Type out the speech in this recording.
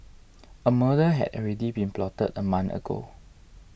a murder had already been plotted a month ago